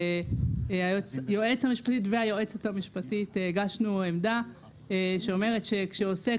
והיועץ המשפטי והיועצת המשפטית הגישו עמדה שאומרת שכשעוסק